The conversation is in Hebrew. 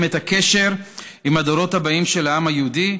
את הקשר עם הדורות הבאים של העם היהודי,